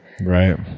Right